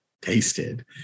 tasted